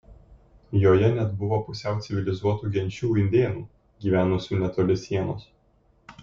joje net buvo pusiau civilizuotų genčių indėnų gyvenusių netoli sienos